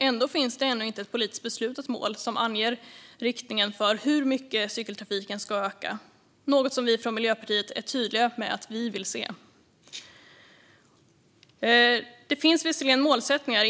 Ändå finns det ännu inte ett politiskt beslutat mål som anger riktningen för hur mycket cykeltrafiken ska öka, något som vi från Miljöpartiet är tydliga med att vi vill se. Det finns visserligen målsättningar.